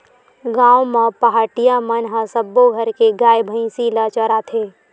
गाँव म पहाटिया मन ह सब्बो घर के गाय, भइसी ल चराथे